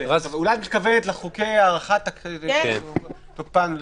אולי את מתכוונת להארכת תוקפן --- כן.